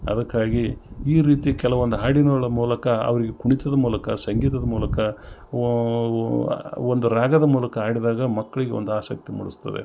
ಅದಕ್ಕಾಗಿ ಈ ರೀತಿ ಕೆಲವೊಂದು ಹಾಡಿನ ಮೂಲಕ ಅವರಿಗೆ ಕುಣಿತದ ಮೂಲಕ ಸಂಗೀತದ ಮೂಲಕ ಒಂದು ರಾಗದ ಮೂಲಕ ಹಾಡಿದಾಗ ಮಕ್ಳಿಗೆ ಒಂದು ಆಸಕ್ತಿ ಮೂಡಿಸ್ತದೆ